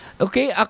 okay